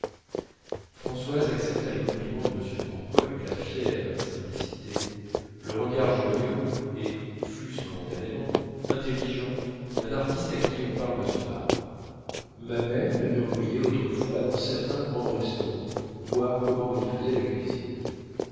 françoise accepta les compliments de m de norpois avec la fière simplicité le regard joyeux et fût-ce momentanément intelligent d'un artiste à qui on parle de son art ma mère l'avait envoyée autrefois dans certains grands restaurants voir comment on y faisait la cuisine